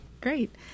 Great